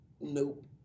Nope